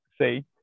say